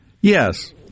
yes